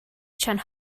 johns